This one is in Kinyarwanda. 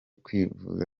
kwivuza